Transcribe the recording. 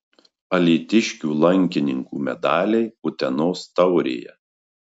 alytiškių lankininkų medaliai utenos taurėje